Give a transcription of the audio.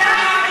לאן נעלמה,